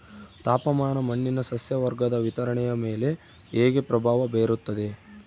ತಾಪಮಾನ ಮಣ್ಣಿನ ಸಸ್ಯವರ್ಗದ ವಿತರಣೆಯ ಮೇಲೆ ಹೇಗೆ ಪ್ರಭಾವ ಬೇರುತ್ತದೆ?